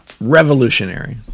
revolutionary